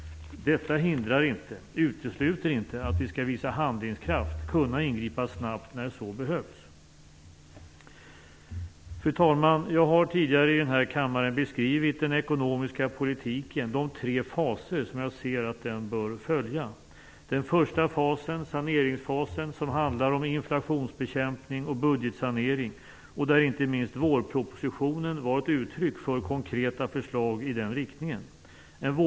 Detta utesluter inte att vi skall visa handlingskraft och kunna ingripa snabbt när så behövs. Fru talman! Jag har tidigare i den här kammaren beskrivit den ekonomiska politiken och de tre faser som jag ser att den bör följa. Den första fasen, saneringsfasen, handlar om inflationsbekämpning och budgetsanering. Inte minst vårpropositionen var ett uttryck för konkreta förslag i den riktningen.